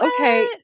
okay